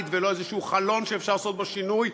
ולא איזשהו חלון שאפשר לעשות בו שינוי,